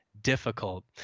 difficult